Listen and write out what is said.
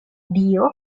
dio